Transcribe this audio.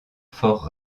fort